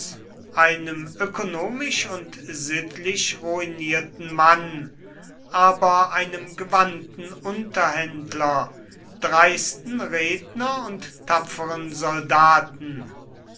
einem ökonomisch und sittlich ruinierten mann aber einem gewandten unterhändler dreisten redner und tapferen soldaten